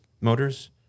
motors